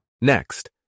Next